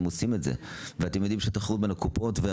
ויש תחרות בין הקופות.